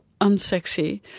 unsexy